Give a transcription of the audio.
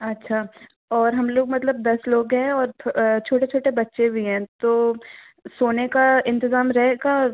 अच्छा और हम लोग मतलब दस लोग हैं और छोटे छोटे बच्चे भी हैं तो सोने का इंतज़ाम रहेगा